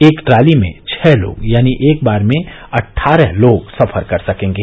एक ट्राली में छह लोग यानी एक बार में अट्ठारह लोग सफर कर सकेंगे